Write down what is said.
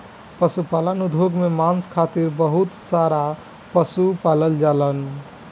पशुपालन उद्योग में मांस खातिर बहुत सारा पशु पालल जालन